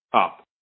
up